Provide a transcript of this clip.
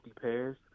pairs